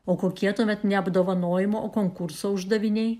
o kokie tuomet ne apdovanojimo o konkurso uždaviniai